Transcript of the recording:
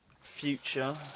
future